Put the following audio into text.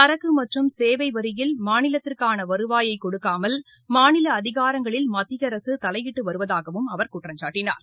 சரக்கு மற்றும் சேவை வரியில் மாநிலத்திற்கான வருவாயை கொடுக்காமல் மாநில அதிகாரங்களில் மத்திய அரசு தலையிட்டு வருவதாகவும் குற்றம் சாட்டினார்